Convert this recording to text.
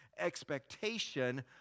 expectation